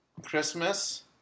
Christmas